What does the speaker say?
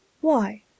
Why